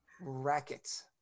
Racket